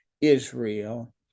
Israel